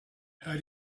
how